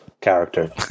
character